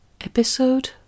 Episode